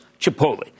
Chipotle